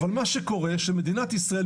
אבל מה שקורה שמדינת ישראל,